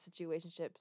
situationships